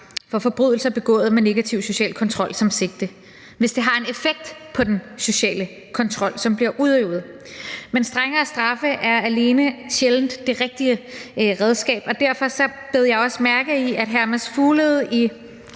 for forbrydelser begået med negativ social kontrol som sigte, hvis det har en effekt på den sociale kontrol, som bliver udøvet. Men strengere straffe er sjældent alene det rigtige redskab, og derfor bed jeg også mærke i, at hr. Mads Fuglede i